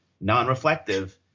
non-reflective